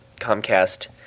Comcast